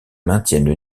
maintiennent